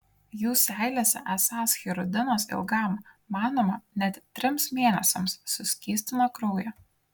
jų seilėse esąs hirudinas ilgam manoma net trims mėnesiams suskystina kraują